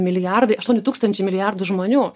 milijardai aštuoni tūkstančiai milijardų žmonių